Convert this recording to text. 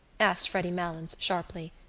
asked freddy malins sharply.